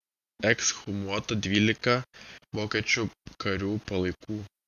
ekshumuota dvylika vokiečių karių palaikų